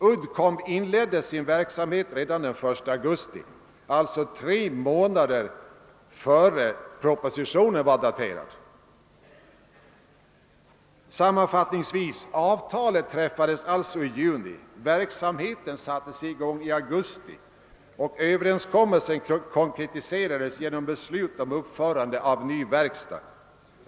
Uddcomb inledde :sin verksamhet redan den 1 augusti, alltså tre månader före propositionens datum. Sammanfattningsvis vill jag framhålla att avtalet träffades i juni, att verksamheten sattes i gång i augusti och att överenskommelsen konkretiserades genom beslut om uppförande av ny verkstad.